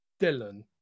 Dylan